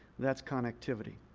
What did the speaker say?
that's connectivity.